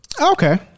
Okay